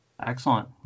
excellent